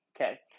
okay